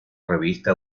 revista